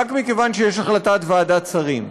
רק מכיוון שיש החלטת ועדת שרים.